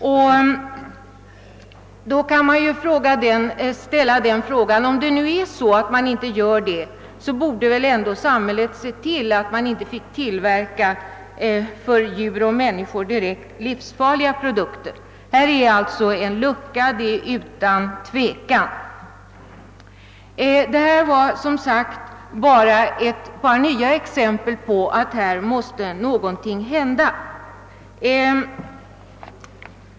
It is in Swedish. Om nu detta är riktigt, så borde väl samhället se till att för djur och människor direkt livsfarliga produkter icke fick tillverkas. Här finns utan tvivel en lucka i lagstiftningen. Detta var som sagt bara ett par nya exempel som visar att någonting måste göras på detta område.